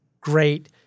great